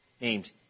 Named